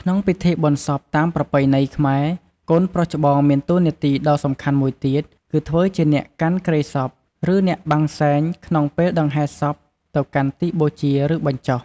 ក្នុងពិធីបុណ្យសពតាមប្រពៃណីខ្មែរ កូនប្រុសច្បងមានតួនាទីដ៏សំខាន់មួយទៀត គឺការធ្វើជាអ្នកកាន់គ្រែសព ឬអ្នកបាំងសែងក្នុងពេលដង្ហែសពទៅកាន់ទីបូជា ឬបញ្ចុះ។